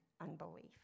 unbelief